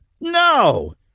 No